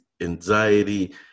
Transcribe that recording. anxiety